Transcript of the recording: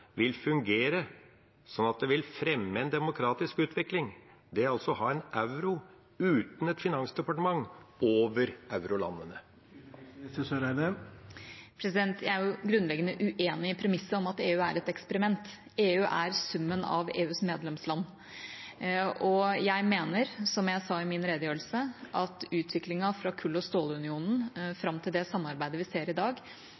vil fungere sånn at det vil fremme en demokratisk utvikling? Jeg er grunnleggende uenig i premisset at EU er et eksperiment. EU er summen av EUs medlemsland. Jeg mener, som jeg sa i min redegjørelse, at utviklingen fra Kull- og stålunionen fram til det samarbeidet vi ser i dag,